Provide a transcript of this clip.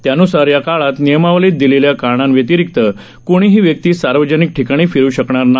त्यान्सार या काळात नियमावलीत दिलेल्या कारणांव्यतिरिक्त कोणीही व्यक्ती सार्वजनिक ठिकाणी फिरू शकणार नाही